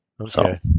Okay